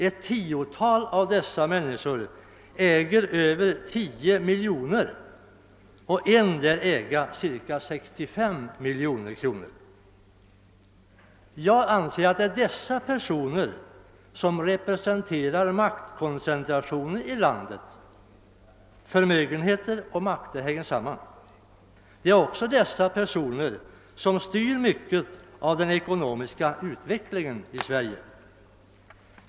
Ett tiotal av dessa människor äger över 10 miljoner och en lär äga omkring 65 miljoner kronor. Det är enligt min mening dessa personer som representerar maktkoncentrationen i landet. Förmögenheten och makten hänger samman. Det är också de som i mycket styr den ekonomiska utvecklingen i Sverige.